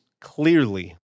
clearly